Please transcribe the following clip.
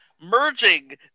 merging